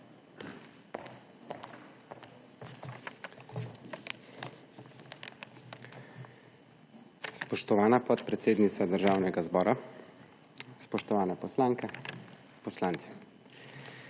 Spoštovana podpredsednica Državnega zbora, spoštovane poslanke, poslanci!